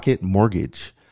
Mortgage